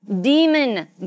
demon